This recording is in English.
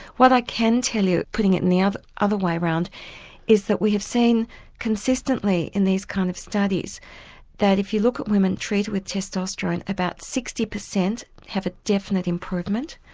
what i can tell you putting it the other other way around is that we have seen consistently in these kind of studies that if you look at women treated with testosterone about sixty percent have a definite improvement.